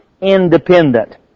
independent